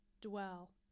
dwell